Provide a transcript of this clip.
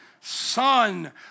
Son